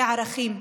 זה ערכים,